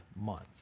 month